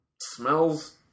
smells